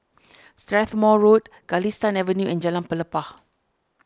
Strathmore Road Galistan Avenue and Jalan Pelepah